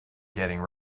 getting